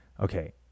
Okay